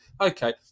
okay